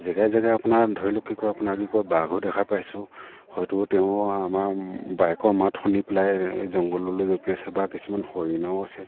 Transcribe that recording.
জেগাই জেগাই আপোনাৰ ধৰি লওক কি কয় আপোনাৰ কি কয় বাঘো দেখা পাইছোঁ হয়তো তেওঁ আমাৰ বাইকৰ মাত শুনি পেলাই জংঘললৈ জঁপিয়াইছে বা কিছুমান হৰিণাও আছে